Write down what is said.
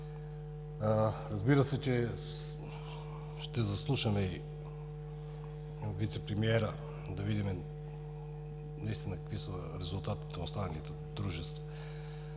Разбира се, че ще изслушаме Вицепремиера, за да видим наистина какви са резултатите на останалите дружества.